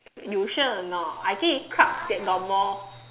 you sure or not I think it's clubs that got more